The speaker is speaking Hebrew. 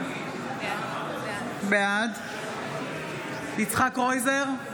בעד יצחק קרויזר,